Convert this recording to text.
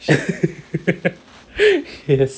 yes